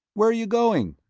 where are you going?